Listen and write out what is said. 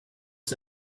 and